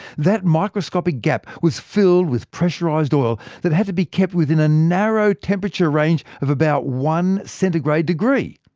that microscopic gap was filled with pressurised oil that had to be kept within a narrow temperature range of about one centigrade degree.